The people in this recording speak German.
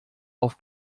auf